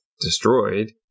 destroyed